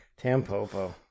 Tampopo